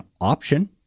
option